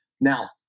Now